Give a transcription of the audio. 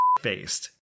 faced